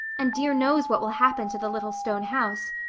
and dear knows what will happen to the little stone house.